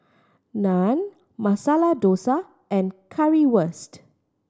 Naan Masala Dosa and Currywurst